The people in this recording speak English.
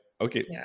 okay